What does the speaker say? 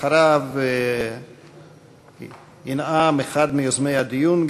אחריו ינאם גם כן אחד מיוזמי הדיון,